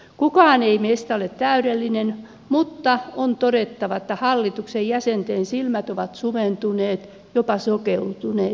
kukaan ei meistä ole täydellinen mutta on todettava että hallituksen jäsenten silmät ovat sumentuneet jopa sokeutuneet